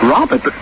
Robert